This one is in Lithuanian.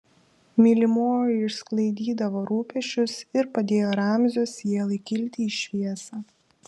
mylimoji išsklaidydavo rūpesčius ir padėjo ramzio sielai kilti į šviesą